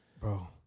bro